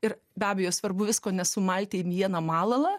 ir be abejo svarbu visko nesumalti į vieną malalą